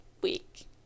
week